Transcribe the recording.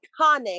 iconic